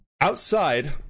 Outside